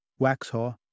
Waxhaw